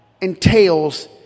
entails